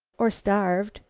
or starved,